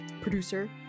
producer